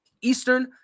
Eastern